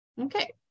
Okay